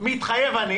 מתחייב אני